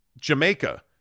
Jamaica